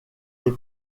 des